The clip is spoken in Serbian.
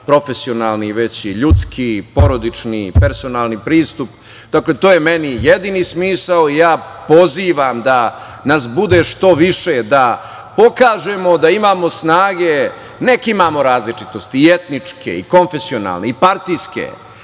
profesionalni, već i ljudski, porodični, personalni pristup, to je meni jedini smisao. Ja pozivam da nas bude što više, da pokažemo da imamo snage. Neka imamo različitosti i etničke i konfesionalne i partijske,